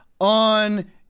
on